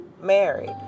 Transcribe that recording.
married